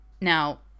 Now